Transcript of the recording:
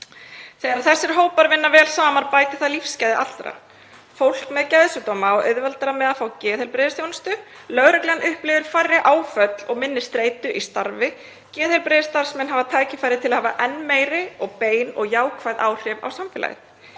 þessir hópar vinna vel saman bætir það lífsgæði allra; fólk með geðsjúkdóma á auðveldara með að fá geðheilbrigðisþjónustu, lögreglan upplifir færri áföll og minni streitu í starfi, geðheilbrigðisstarfsmenn fá tækifæri til að hafa enn meiri, bein og jákvæð áhrif á samfélagið.